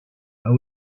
how